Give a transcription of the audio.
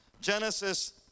Genesis